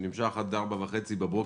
שנמשך עד 4:30 בבוקר,